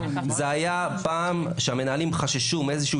זה היה פעם שהמנהלים חששו מאיזשהו